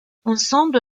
ensemble